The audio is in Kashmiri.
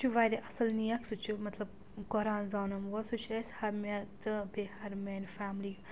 سُہ چھُ واریاہ اَصٕل نیک سُہ چھُ مطلب قۄران زانن وول سُہ چھِ اَسہِ ہَر مےٚ تہٕ بیٚیہِ ہر مِیانہِ فَیملِی